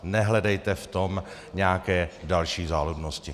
Nehledejte v tom nějaké další záludnosti.